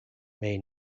may